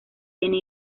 tiene